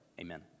amen